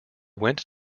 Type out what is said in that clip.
went